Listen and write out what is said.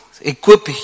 Equip